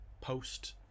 Post